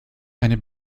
eine